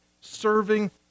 serving